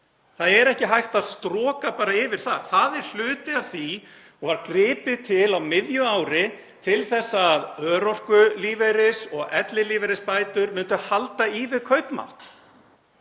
Það er ekki hægt að stroka bara yfir það. Það er hluti af því sen var gripið til á miðju ári til að örorkulífeyris- og ellilífeyrisbætur myndu halda í við kaupmátt.